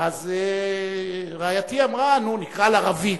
ואז רעייתי אמרה: נקרא לה רביד.